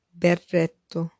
berretto